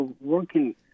working